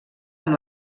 amb